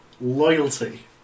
Loyalty